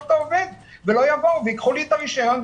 את העובד ולא יבואו וייקחו לי את הרישיון,